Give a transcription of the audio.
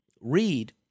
read